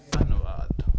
ਧੰਨਵਾਦ